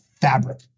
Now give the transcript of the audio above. fabric